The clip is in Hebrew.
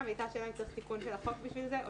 והייתה שאלה אם צריך תיקון של החוק בשביל זה או